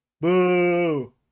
Boo